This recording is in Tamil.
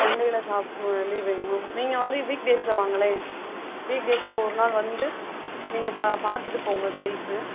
சன்டேயில் ஷாப்பு வந்து லீவு நீங்கள் வந்து வீக் டேஸில் வாங்களேன் வீக் டேஸில் ஒரு நாள் வந்து நீங்கள் பா பார்த்துட்டு போங்கள் சைஸு